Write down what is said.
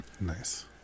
nice